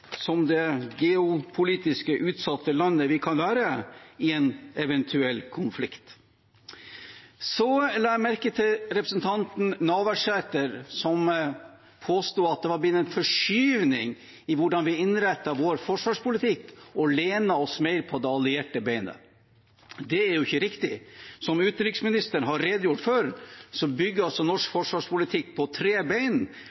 som det geopolitisk utsatte landet vi kan være, i en eventuell konflikt. Jeg la merke til representanten Navarsete, som påsto det hadde blitt en forskyvning i hvordan vi innretter vår forsvarspolitikk og lener oss mer på det allierte beinet. Det er ikke riktig. Som utenriksministeren har redegjort for, bygger norsk forsvarspolitikk på tre bein,